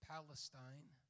Palestine